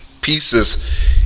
pieces